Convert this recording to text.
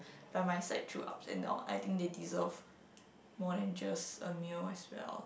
by my side through ups and down I think they deserve more than just a meal as well